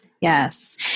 Yes